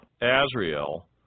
Azrael